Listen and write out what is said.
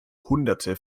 hunderte